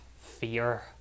fear